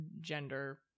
gender